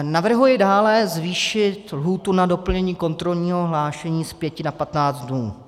Navrhuji dále zvýšit lhůtu na doplnění kontrolního hlášení z pěti na patnáct dnů.